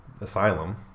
asylum